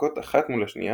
שמשחקות אחת מול השנייה